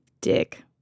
Dick